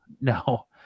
No